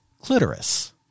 clitoris